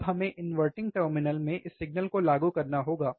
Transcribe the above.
अब हमें inverting terminal में इस सिग्नल को लागू करना होगा